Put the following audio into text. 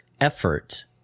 effort